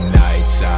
nights